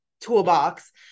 toolbox